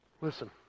Listen